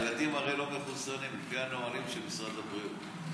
ילדים הרי לא מחוסנים לפי הנהלים של משרד הבריאות.